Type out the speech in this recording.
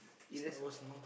is not it was not